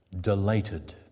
delighted